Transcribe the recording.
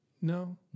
No